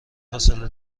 فاصله